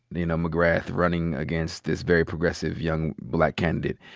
you know, mcgrath running against this very progressive young black candidate.